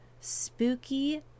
spooky